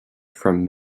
from